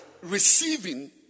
receiving